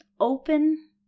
open